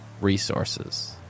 Resources